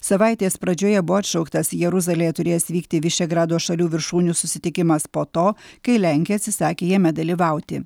savaitės pradžioje buvo atšauktas jeruzalėje turėjęs vykti vyšegrado šalių viršūnių susitikimas po to kai lenkija atsisakė jame dalyvauti